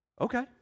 Okay